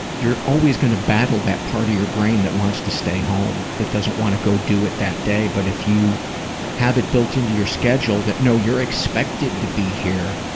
you're always gonna battle that part of your brain that wants to stay home, that doesn't want to go do it that day, but if you have it built into your schedule that no, you're expected to be here.